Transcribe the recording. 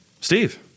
Steve